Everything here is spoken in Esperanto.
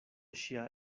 ŝia